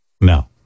no